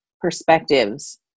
perspectives